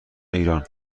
ایران